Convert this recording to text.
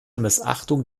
missachtung